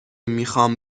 میخوام